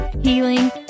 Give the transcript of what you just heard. healing